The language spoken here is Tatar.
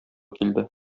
килде